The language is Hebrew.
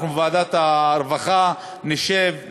אנחנו בוועדת הרווחה נשב,